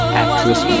actress